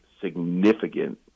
significant